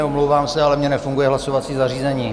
Omlouvám se, ale mně nefunguje hlasovací zařízení.